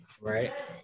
Right